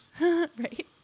Right